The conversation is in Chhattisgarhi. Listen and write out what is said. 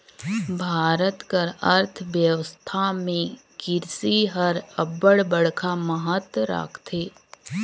भारत कर अर्थबेवस्था में किरसी हर अब्बड़ बड़खा महत राखथे